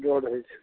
जोर लगै छै